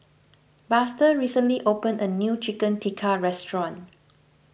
Buster recently opened a new Chicken Tikka restaurant